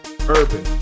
urban